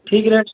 ଠିକ୍ ରେଟ୍